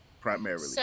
primarily